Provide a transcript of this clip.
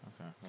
Okay